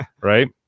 right